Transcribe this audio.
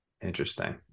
Interesting